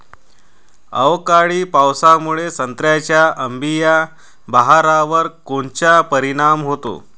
अवकाळी पावसामुळे संत्र्याच्या अंबीया बहारावर कोनचा परिणाम होतो?